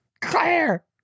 claire